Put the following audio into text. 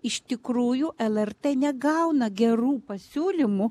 iš tikrųjų lrt negauna gerų pasiūlymų